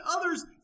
others